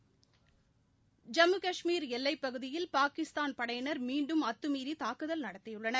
ஐம்மு காஷ்மீர் எல்லைப் பகுதியில் பாகிஸ்தான் படையினர் மீன்டும் அத்தமீறி தாக்குதல் நடத்தியுள்ளனர்